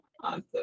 Awesome